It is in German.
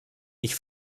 ich